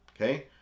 Okay